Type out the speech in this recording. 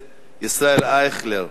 5219, בנושא: